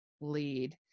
lead